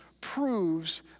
proves